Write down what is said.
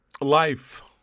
life